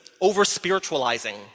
over-spiritualizing